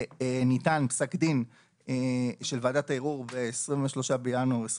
וניתן פסק דין של ועדת הערעור ב-23 בינואר 2023,